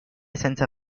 senza